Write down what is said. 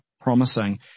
promising